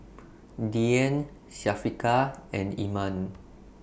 Dian Syafiqah and Iman